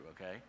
okay